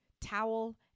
towel